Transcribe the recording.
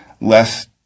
less